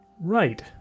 Right